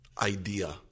idea